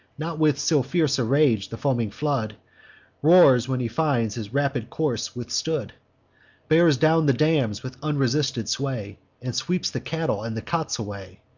not with so fierce a rage the foaming flood roars, when he finds his rapid course withstood bears down the dams with unresisted sway, and sweeps the cattle and the cots away.